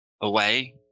away